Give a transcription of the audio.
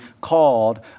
called